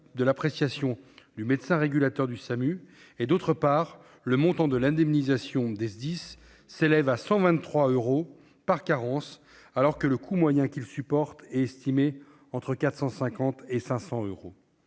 de l'appréciation du médecin régulateur du SAMU et, d'autre part, le montant de l'indemnisation des SDIS s'élève à 123 euros par carence alors que le coût moyen qu'ils supportent est estimé entre 450 et 500 euros.